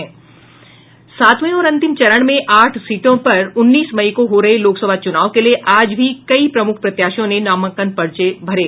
सातवें और अंतिम चरण में आठ सीटों पर उन्नीस मई को हो रहे लोकसभा चुनाव के लिए आज भी कई प्रमुख प्रत्याशियों ने नामांकन पर्चे दाखिल किये